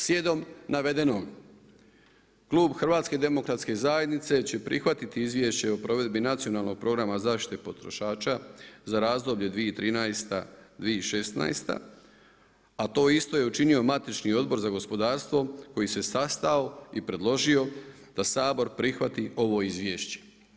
Slijedom navedenog klub HDZ-a će prihvatiti Izvješće o provedbi Nacionalnog programa zaštite potrošača za razdoblje 2013.-2016. a to isto je učinio matični odbor za gospodarstvo koji se sastao i predložio da Sabor prihvati ovo izvješće.